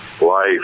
life